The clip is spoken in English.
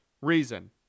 reason